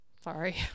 sorry